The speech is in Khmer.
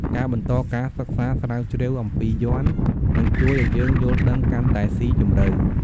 ការបន្តការសិក្សាស្រាវជ្រាវអំពីយ័ន្ត នឹងជួយឱ្យយើងយល់ដឹងកាន់តែស៊ីជម្រៅ។